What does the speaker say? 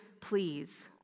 please